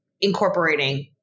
incorporating